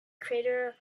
crater